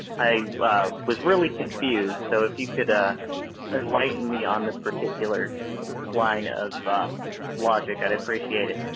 i was really confused. so if you could ah enlighten me on this particular ah line of logic, i'd appreciate it.